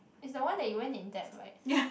it's the one that you went in debt [right]